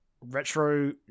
Retro